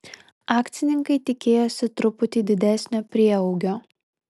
akcininkai tikėjosi truputį didesnio prieaugio